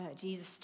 Jesus